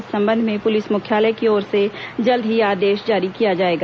इस संबंध में पुलिस मुख्यालय की ओर से जल्द ही आदेश जारी किया जाएगा